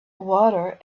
water